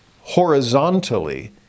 horizontally